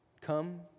come